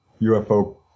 UFO